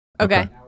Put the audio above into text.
Okay